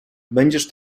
będziesz